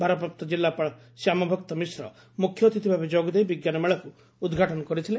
ଭାରପ୍ରାପ୍ତ ଜିଲ୍ଲାପାଳ ଶ୍ୟାମଭକ୍ତ ମିଶ୍ର ମୁଖ୍ୟ ଅତିଥି ଭାବେ ଯୋଗଦେଇ ବିଙ୍କାନମେଳାକୁ ଉଦ୍ଘାଟନ କରିଥିଲେ